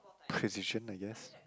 precision I guess